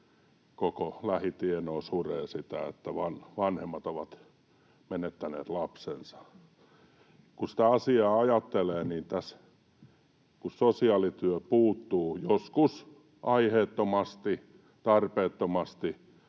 koko lähitienoo suree sitä, että vanhemmat ovat menettäneet lapsensa. Kun sitä asiaa ajattelee, niin kun sosiaalityö puuttuu — joskus aiheettomasti, tarpeettomasti